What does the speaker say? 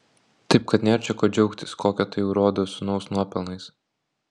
taip kad nėr čia ko džiaugtis kokio tai urodo sūnaus nuopelnais